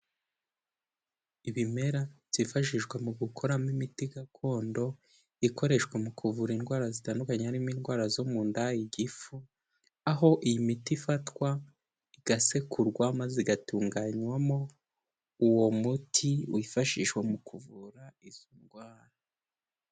Ibimera byifashishwa mukoramo imiti gakondo ikoreshwa mu kuvura indwara zitandukanye harimo indwara zo mu nda, igifu. Aho iyi miti ifatwa igasekurwa maze igatunganywamo uwo muti wifashishwa mu kuvura izo ndwara.